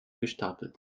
gestapelt